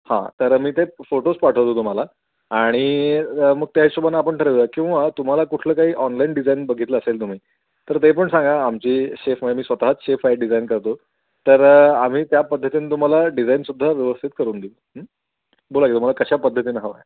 हां तर मी ते फोटोज पाठवतो तुम्हाला आणि मग त्या हिशोबाने आपण ठरवतो किंवा तुम्हाला कुठलं काही ऑनलाईन डिझाईन बघितलं असेल तुम्ही तर ते पण सांगा आमची शेफ म मी स्वतःच शेफ आहे डिझाईन करतो तर आम्ही त्या पद्धतीन तुम्हाला डिझाईनसुद्धा व्यवस्थित करून देऊ बोला क तु मला कशा पद्धतीने हवं आहे